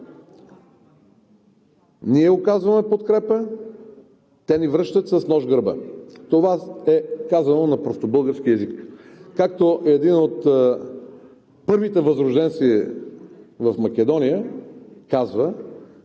Ние оказваме подкрепа, те ни връщат с нож в гърба. Това е казано на простобългарски език. Както един от първите възрожденци в Македония казва